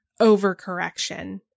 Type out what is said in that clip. overcorrection